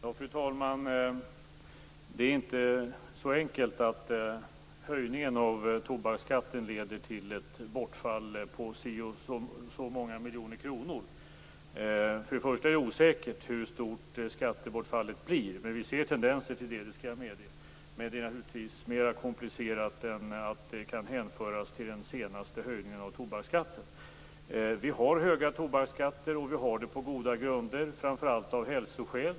Fru talman! Det är inte så enkelt att höjningen av tobaksskatten leder till ett bortfall på si eller så många miljoner kronor. Först och främst är det osäkert hur stort skattebortfallet blir. Men vi ser tendenser till det, det skall jag medge. Men det är naturligtvis mer komplicerat än att det kan hänföras till den senaste höjningen av tobaksskatten. Vi har höga tobaksskatter, och vi har det på goda grunder, framför allt av hälsoskäl.